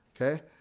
okay